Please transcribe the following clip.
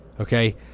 okay